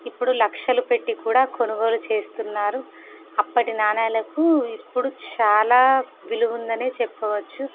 ఇప్పుడు లక్షలు పెట్టి కూడా కొనుగోలు చేస్తున్నారు అప్పటి నాణ్యాలకు ఇప్పుడు చాలా విలువ ఉంది అని చెప్పవచ్చు